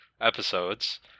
episodes